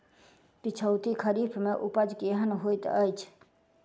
पिछैती खरीफ मे उपज केहन होइत अछि?